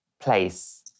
place